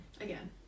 Again